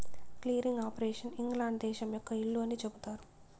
clearing operation England దేశం యొక్క ఇల్లు అని చెబుతారు